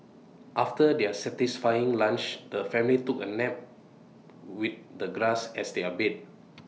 after their satisfying lunch the family took A nap with the grass as their bed